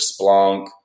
Splunk